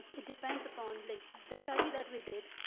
it depends upon like, the study that we did,